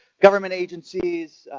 government agencies,